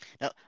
Now